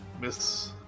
miss